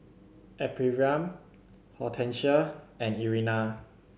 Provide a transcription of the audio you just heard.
Ephriam Hortencia and Irena